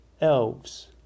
Elves